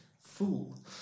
fool